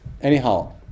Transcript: Anyhow